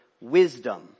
wisdom